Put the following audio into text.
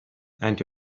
and